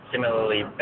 similarly